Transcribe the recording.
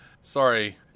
Sorry